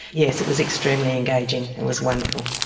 yes, it was extremely engaging, it was wonderful.